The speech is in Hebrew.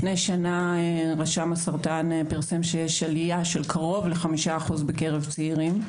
לפני שנה רשם הסרטן פרסם שיש עלייה של קרוב ל-5% בקרב צעירים.